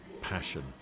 passion